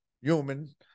human